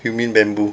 you mean bamboo